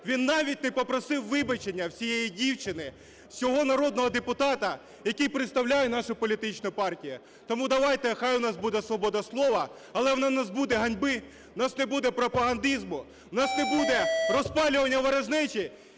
він навіть не попросив вибачення в цієї дівчини, в цього народного депутата, який представляє нашу політичну партію. Тому давайте, хай у нас буде свобода слова, але в нас не буде ганьби, у нас не буде пропагандизму, в нас не буде розпалювання ворожнечі,